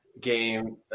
game